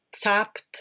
tapped